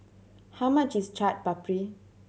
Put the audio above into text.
how much is Chaat Papri